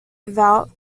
vault